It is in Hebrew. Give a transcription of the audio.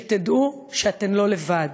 שתדעו שאתן לא לבד,